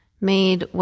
made